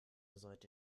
sollte